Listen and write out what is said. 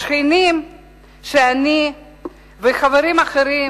השכנים שאני וחברים אחרים